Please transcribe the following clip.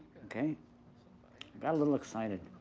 okay? i got a little excited.